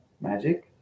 magic